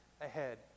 ahead